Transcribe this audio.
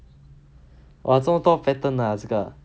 !wah! 这么多 pattern ah 这个